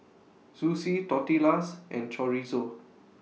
Zosui Tortillas and Chorizo